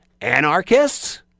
anarchists